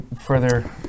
further